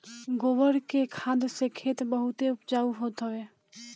गोबर के खाद से खेत बहुते उपजाऊ होत हवे